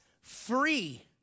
free